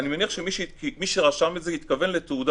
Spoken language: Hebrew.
אני מניח שמי שרשם את זה התכוון לתעודה